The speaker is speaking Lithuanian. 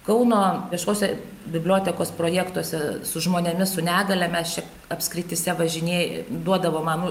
kauno viešose bibliotekos projektuose su žmonėmis su negalia mes čia apskrityse važinėju duodavo man